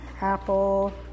Apple